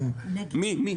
אחד בעד.